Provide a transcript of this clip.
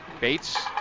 Bates